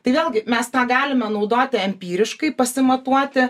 tai vėlgi mes tą galime naudoti empyriškai pasimatuoti